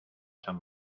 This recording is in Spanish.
san